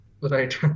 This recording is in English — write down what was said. right